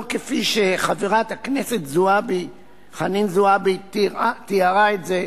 לא כפי שחברת הכנסת חנין זועבי תיארה את זה,